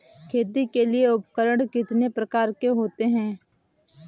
खेती के लिए उपकरण कितने प्रकार के होते हैं?